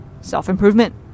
self-improvement